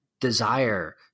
desire